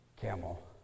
camel